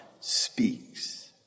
speaks